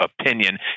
opinion